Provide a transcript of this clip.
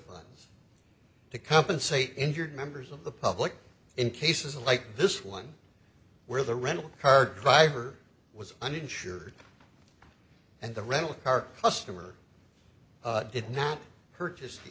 have to compensate injured members of the public in cases like this one where the rental car driver was uninsured and the rental car customer did not purchase